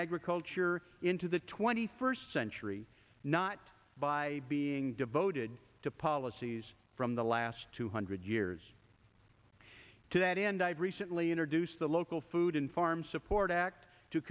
agriculture into the twenty first century not by being devoted to policies from the last two hundred years to that end i've recently introduced the local food and farm support act two